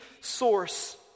source